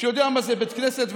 שיודע מה זה בית כנסת,